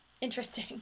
Interesting